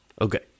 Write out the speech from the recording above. Okay